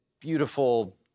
beautiful